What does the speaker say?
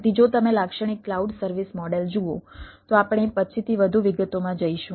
તેથી જો તમે લાક્ષણિક ક્લાઉડ સર્વિસ મોડેલ જુઓ તો આપણે પછીથી વધુ વિગતોમાં જઈશું